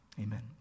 Amen